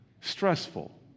stressful